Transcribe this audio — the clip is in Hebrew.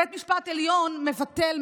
בית משפט עליון מבטל,